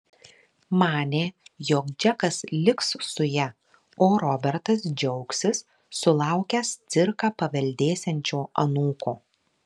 manė jog džekas liks su ja o robertas džiaugsis sulaukęs cirką paveldėsiančio anūko